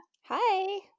Hi